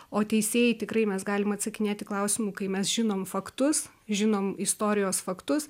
o teisėjai tikrai mes galim atsakinėti klausimų kai mes žinom faktus žinom istorijos faktus